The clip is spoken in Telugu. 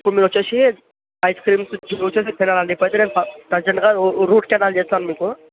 ఇప్పుడు మీరు వచ్చేసి ఐస్ క్రీమ్స్ వచ్చేసి తినాలండి ప్రజెంట్గా రూట్ కెనాల్ చేస్తాను మీకు